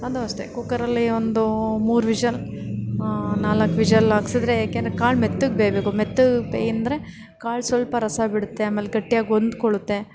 ಅದು ಅಷ್ಟೇ ಕುಕ್ಕರಲ್ಲಿ ಒಂದು ಮೂರು ವಿಶಲ್ ನಾಲ್ಕು ವಿಶಲ್ ಹಾಕ್ಸಿದ್ರೆ ಏಕೆಂದರೆ ಕಾಳು ಮೆತ್ತಗೆ ಬೇಯಬೇಕು ಮೆತ್ತಗೆ ಬೆಂದರೆ ಕಾಳು ಸ್ವಲ್ಪ ರಸ ಬಿಡುತ್ತೆ ಆಮೇಲೆ ಗಟ್ಟಿಯಾಗಿ ಹೊಂದ್ಕೊಳ್ಳುತ್ತೆ